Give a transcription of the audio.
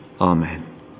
Amen